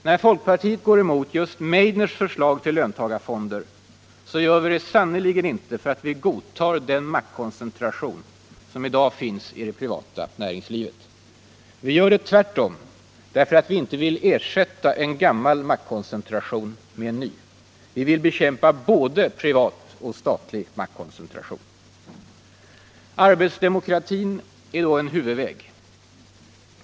När folkpartiet går emot just Meidners förslag till löntagarfonder gör vi det sannerligen inte för att vi godtar den maktkoncentration som i dag finns i det privata näringslivet. Vi gör det tvärtom därför att vi inte vill ersätta en gammal maktkoncentration med en ny. Vi vill be debatt debatt kämpa både privat och statlig maktkoncentration. Arbetsdemokratin är då en huvudväg.